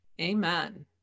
Amen